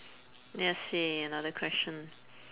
let's see another question